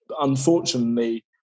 Unfortunately